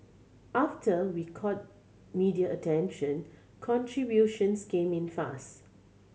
after we caught media attention contributions came in fast